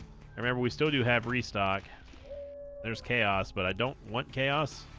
remember we still do have restock there's chaos but i don't want chaos